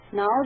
Now